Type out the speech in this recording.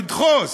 לדחוס,